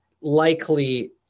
likely